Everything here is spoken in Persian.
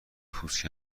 پوست